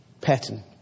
pattern